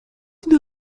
une